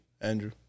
Andrew